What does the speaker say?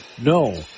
No